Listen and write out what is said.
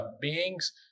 beings